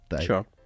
Sure